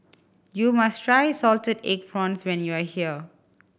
you must try salted egg prawns when you are here